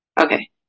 Okay